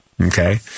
Okay